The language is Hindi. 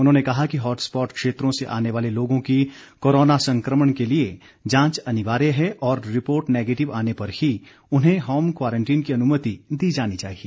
उन्होंने कहा कि हॉटस्पॉट क्षेत्रों से आने वाले लोगों की कोरोना संक्रमण के लिए जांच अनिवार्य है और रिपोर्ट नेगेटिव आने पर ही उन्हें होम क्वारंटीन की अनुमति दी जानी चाहिए